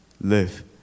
Live